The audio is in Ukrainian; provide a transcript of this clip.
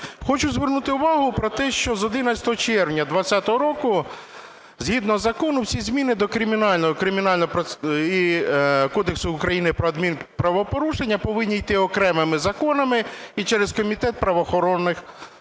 Хочу звернути увагу на те, що з 11 червня 20-го року згідно закону всі зміни до Кримінального і Кодексу України про адмінправопорушення повинні йти окремими законами і через Комітет правоохоронної